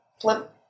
Flip